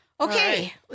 Okay